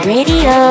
Radio